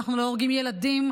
אנחנו לא הורגים ילדים,